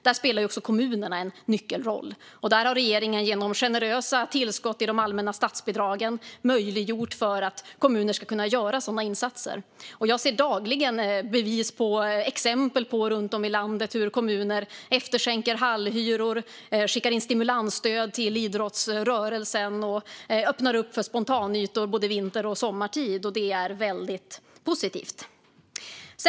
Där spelar kommunerna en nyckelroll, och regeringen har genom generösa tillskott till de allmänna statsbidragen möjliggjort för kommuner att göra sådana insatser. Jag ser dagligen exempel runt om i landet på hur kommuner efterskänker hallhyror, skickar in stimulansstöd till idrottsrörelsen och öppnar spontanytor både vinter och sommartid. Det är väldigt positivt.